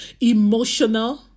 emotional